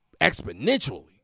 exponentially